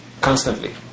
Constantly